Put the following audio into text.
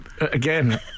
Again